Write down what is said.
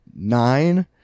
Nine